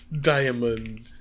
Diamond